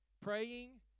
Praying